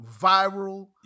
viral